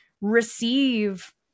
receive